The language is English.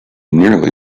nearly